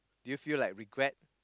do you feel like regret